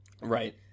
Right